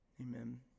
Amen